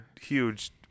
huge